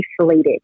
isolated